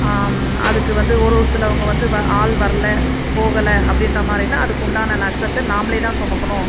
அதுக்கு வந்து ஒரு சிலவங்க வந்து வ ஆள் வரல போகலை அப்படின்ற மாதிரினா அதுக்குண்டான நஷ்டத்தை நாமளே தான் சுமக்கணும்